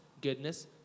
goodness